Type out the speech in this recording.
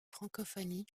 francophonie